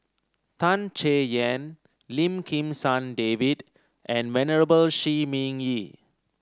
Tan Chay Yan Lim Kim San David and Venerable Shi Ming Yi